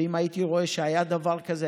ואם הייתי רואה שהיה דבר כזה,